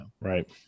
Right